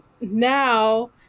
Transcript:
now